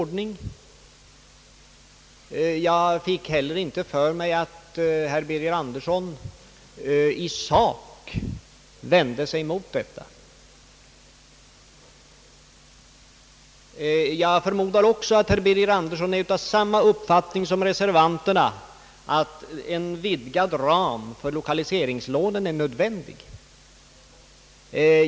Jag fick heller inte för mig att herr Birger Andersson i sak vände sig emot det. Jag förmodar också att herr Birger Andersson är av samma uppfattning som reservanterna att en vidgad ram för lokaliseringslånen är nödvändig.